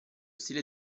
stile